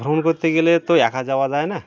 ভ্রমণ করতে গেলে তো একা যাওয়া যায় না